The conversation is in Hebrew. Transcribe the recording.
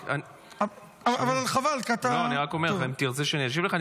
אני רק אומר שאם תרצה שאני אשיב לך,